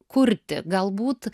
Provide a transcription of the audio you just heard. kurti galbūt